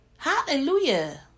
Hallelujah